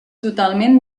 totalment